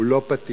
הוא לא פתיר.